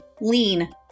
lean